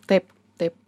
taip taip